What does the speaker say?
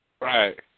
Right